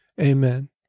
Amen